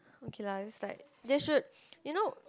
ok lah its lah they should you know